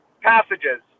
passages